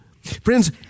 Friends